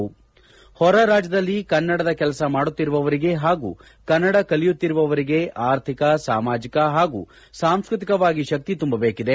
ಹೊರ ರಾಜ್ಯದಲ್ಲಿ ಕನ್ನಡದ ಕೆಲಸ ಮಾಡುತ್ತಿರುವವರಿಗೆ ಹಾಗೂ ಕನ್ನಡ ಕಲಿಯುತ್ತಿರುವವರಿಗೆ ಆರ್ಥಿಕ ಸಾಮಾಜಿಕ ಹಾಗೂ ಸಾಂಸ್ಟ್ರತಿಕವಾಗಿ ಶಕ್ತಿ ತುಂಬಬೇಕಿದೆ